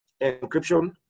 encryption